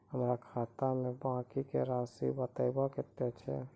हमर खाता के बाँकी के रासि बताबो कतेय छै?